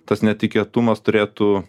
tas netikėtumas turėtų